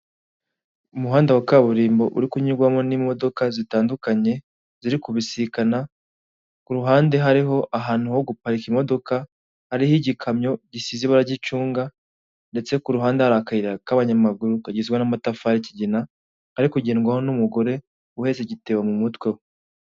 Umuhanda wa kaburimbo uri kunyurwamo n'imodoka zitandukanye ziri kubisikana ku ruhande hariho ahantu ho guparika imodoka hariho igikamyo gisize ibara ry'icunga ndetse ku ruhande hari akayira k'abanyamaguru kagizwe n'amatafari y'ikigina ari kugedwaho n'umugore uhetse igitebo mu mutwe we.